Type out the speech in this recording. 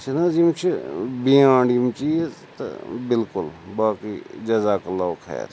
چھِنَہ حظ یِم چھِ بِیانٛڈ یِم چیٖز تہٕ بلکل باقٕے جَزاک اللہُ خیر